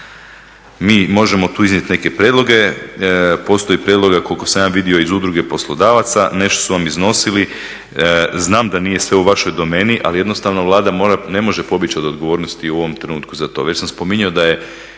Mi možemo tu iznijet neke prijedloge. Postoji prijedloga koliko sam ja vidio iz udruge poslodavaca, nešto su vam iznosili. Znam da nije sve u vašoj domeni, ali jednostavno Vlada ne može pobjeć' od odgovornosti u ovom trenutku za to. Već sam spominjao da je